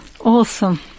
Awesome